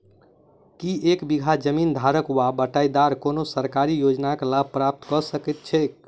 की एक बीघा जमीन धारक वा बटाईदार कोनों सरकारी योजनाक लाभ प्राप्त कऽ सकैत छैक?